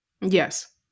Yes